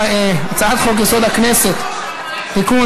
על סדר-היום: הצעת חוק-יסוד: הכנסת (תיקון,